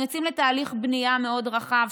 אנחנו יוצאים לתהליך בנייה מאוד רחב,